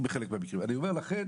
לכן